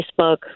Facebook